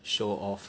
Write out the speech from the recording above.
show off